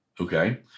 Okay